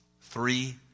Three